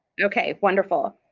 okay wonderful.